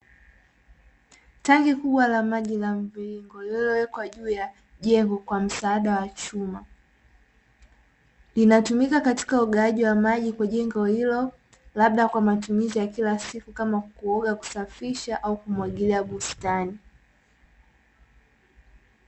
Tanki kubwa la maji la mviringo, lililowekwa juu ya jengo kwa msaada wa chuma. Linatumika katika ugawaji wa maji kwa jengo hilo, labda kwa matumizi ya kila siku kama kuoga, kusafisha au kumwagilia bustani.